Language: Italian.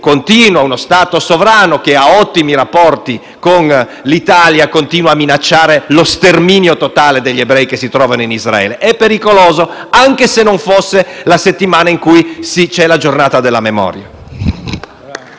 in cui uno Stato sovrano, che ha ottimi rapporti con l'Italia, continua a minacciare lo sterminio totale degli ebrei che si trovano in Israele. Ciò è pericoloso, e lo sarebbe anche se non fosse la settimana in cui ricorre il Giorno della memoria.